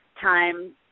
time